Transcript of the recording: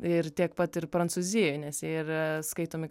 ir tiek pat ir prancūzijoj nes jie yra skaitomi